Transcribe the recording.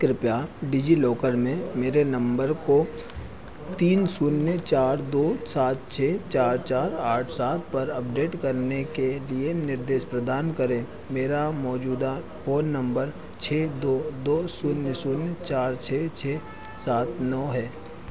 कृपया डिजिलॉकर में मेरे नम्बर को तीन शून्य चार दो सात छः चार चार आठ सात पर अपडेट करने के लिए निर्देश प्रदान करें मेरा मौजूदा फ़ोन नम्बर छः दो दो शून्य शून्य चार छः छः सात नौ है